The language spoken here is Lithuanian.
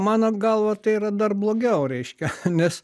mano galva tai yra dar blogiau reiškia nes